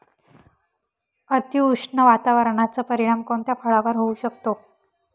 अतिउष्ण वातावरणाचा परिणाम कोणत्या फळावर होऊ शकतो?